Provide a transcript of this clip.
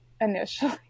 initially